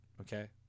okay